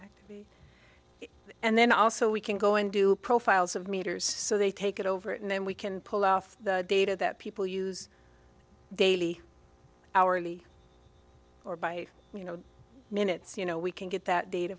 do and then also we can go and do profiles of meters so they take it over and then we can pull off the data that people use daily hourly or by you know minutes you know we can get that data